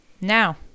Now